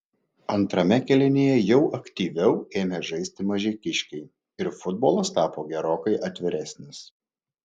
antrame kėlinyje jau aktyviau ėmė žaisti mažeikiškiai ir futbolas tapo gerokai atviresnis